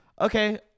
Okay